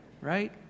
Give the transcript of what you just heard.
right